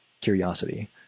curiosity